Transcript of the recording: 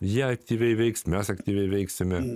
jie aktyviai veiks mes aktyviai veiksime